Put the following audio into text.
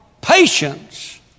Patience